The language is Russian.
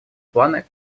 планы